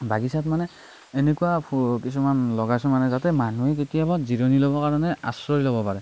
বাগিচাত মানে এনেকুৱা ফু কিছুমান লগাইছো মানে যাতে মানুহে কেতিয়াবা জিৰণি ল'বৰ কাৰণে আশ্ৰয় ল'ব পাৰে